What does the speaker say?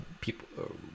people